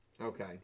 Okay